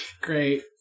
Great